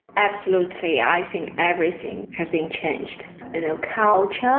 absolutely, i think everything has been changed you know culture,